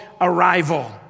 arrival